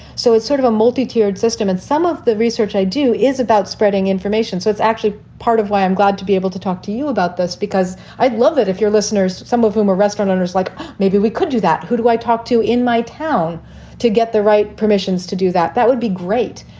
so it's sort of a multi tiered system. and some of the research i do is about spreading information. so it's actually part of why i'm glad to be able to talk to you about this, because i'd love it if your listeners, some of whom are restaurant owners, like maybe we could do that. who do i talk to in my town to get the right permissions to do that? that would be great.